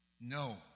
No